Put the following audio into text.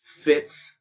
fits